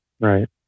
Right